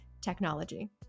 technology